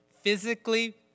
Physically